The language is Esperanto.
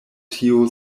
tio